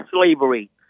slavery—